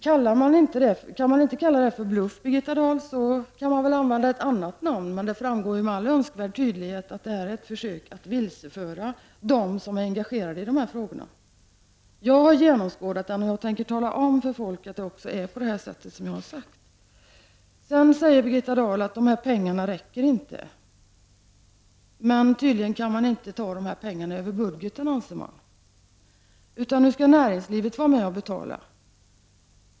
Kan man inte kalla det för bluff, Birgitta Dahl, kan man väl använda ett annat ord, men det framgår med all önskvärd tydlighet att detta är ett försök att vilseföra dem som är engagerade i dessa frågor. Jag har genomskådat det, och jag tänker också tala om för folket att det är på det sättet. Birgitta Dahl säger vidare att dessa pengar inte räcker. Tydligen anser hon att man inte kan ta ytterligare pengar över budgeten, utan nu skall näringslivet vara med och betala.